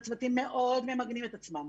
הצוותים מאוד ממגנים את עצמם.